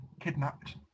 kidnapped